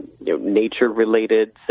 nature-related